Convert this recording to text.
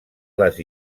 les